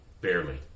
Barely